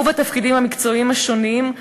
ובתפקידים המקצועיים השונים,